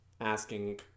asking